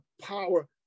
power